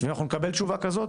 אנחנו נקבל תשובה כזאת